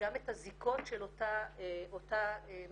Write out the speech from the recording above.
וגם את הזיקות של אותה מבקשת